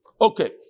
Okay